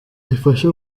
ifashe